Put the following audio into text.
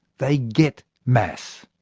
they get mass.